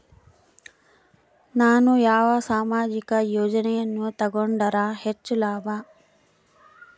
ನಾನು ಯಾವ ಸಾಮಾಜಿಕ ಯೋಜನೆಯನ್ನು ತಗೊಂಡರ ಹೆಚ್ಚು ಲಾಭ?